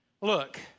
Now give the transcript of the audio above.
look